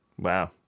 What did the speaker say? Wow